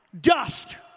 dust